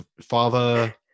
father